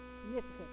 significant